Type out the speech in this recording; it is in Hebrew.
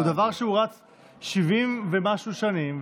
זה דבר שרץ 70 ומשהו שנים,